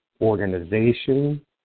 organization